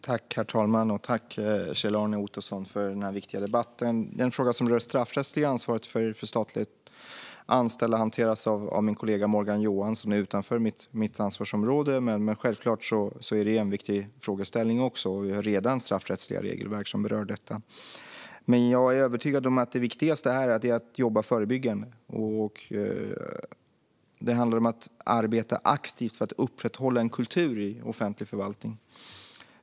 Herr talman! Tack, Kjell-Arne Ottosson, för denna viktiga debatt! Frågan om det straffrättsliga ansvaret för statligt anställda hanteras av min kollega Morgan Johansson och ligger utanför mitt ansvarsområde. Självklart är dock även detta en viktig frågeställning. Vi har redan straffrättsliga regelverk som berör detta. Jag är övertygad om att det viktigaste här är att jobba förebyggande. Det handlar om att aktivt arbeta för att upprätthålla en kultur i offentlig förvaltning.